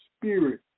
spirit